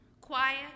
quiet